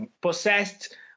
possessed